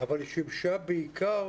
אבל שימשה בעיקר